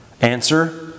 Answer